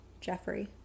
Jeffrey